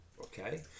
okay